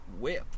Whip